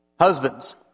husbands